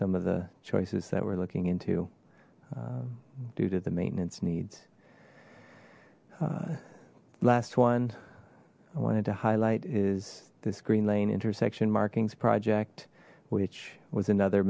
some of the choices that we're looking into due to the maintenance needs last one i wanted to highlight is this green lane intersection markings project which was another